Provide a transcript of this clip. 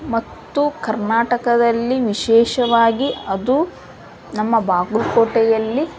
ಮತ್ತು ಕರ್ನಾಟಕದಲ್ಲಿ ವಿಶೇಷವಾಗಿ ಅದು ನಮ್ಮ ಬಾಗಲಕೋಟೆಯಲ್ಲಿ